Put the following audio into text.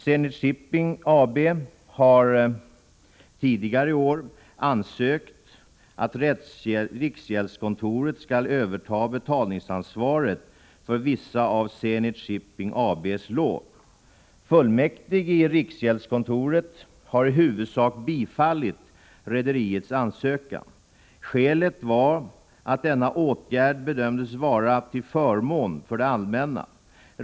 Zenit Shipping AB har tidigare i år ansökt att riksgäldskontoret skall överta betalningsansvaret för vissa av Zenit Shipping AB:s lån. Fullmäktige i riksgäldskontoret har i huvudsak bifallit rederiets ansökan. Skälet var att denna åtgärd bedömdes vara till förmån för det allmänna.